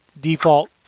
default